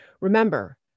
Remember